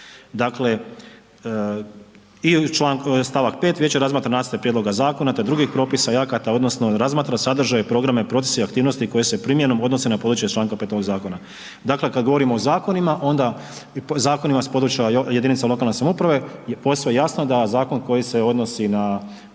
Dakle, i st. 5. vijeće razmatra nacrte prijedloga zakona, te drugih propisa i akata odnosno razmatra sadržaje i programe, procese i aktivnosti koje se primjenom odnose na područje iz čl. 5. ovog zakona. Dakle, kad govorimo o zakonima onda zakonima s područja jedinica lokalne samouprave posve je jasno da zakon koji se odnosi na